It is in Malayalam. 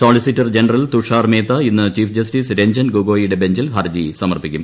സോളിസിറ്റർ ജനറൽ തുഷാർമേത്ത ഇന്ന് ചീഫ് ജസ്റ്റിസ് രഞ്ജൻ ഗൊഗോയിയുടെ ബഞ്ചിൽ ഹർജി സമർപ്പിക്കും